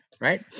right